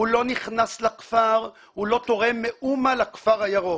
הוא לא נכנס לכפר, הוא לא תורם מאומה לכפר הירוק.